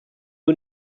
who